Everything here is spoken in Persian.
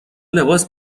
لباس